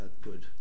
good